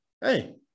Hey